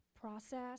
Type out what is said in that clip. process